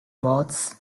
bots